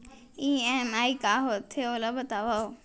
EMI का होथे, ओला बतावव